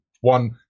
one